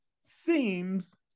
seems